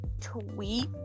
tweet